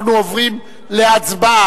אנחנו עוברים להצבעה.